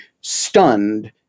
stunned